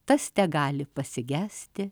tas tegali pasigesti